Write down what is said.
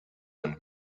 äußern